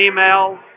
email